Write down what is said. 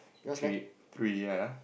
three three ah